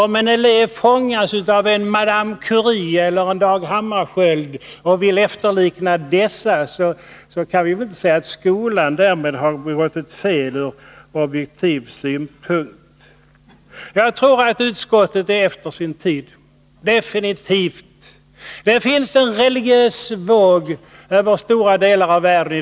Om en elev fångas av Marie Curie eller Dag Hammarskjöld och vill efterlikna dessa, kan vi inte säga att skolan därmed har begått ett fel från objektiv synpunkt. Jag tror — definitivt — att utskottet är efter sin tid. Det går i dag en religiös våg över stora delar av världen.